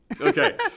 Okay